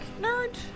nerd